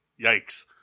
Yikes